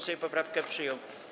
Sejm poprawkę przyjął.